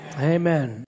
Amen